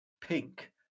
pink